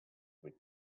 with